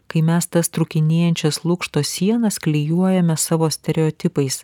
kai mes tas trūkinėjančias lukšto sienas klijuojame savo stereotipais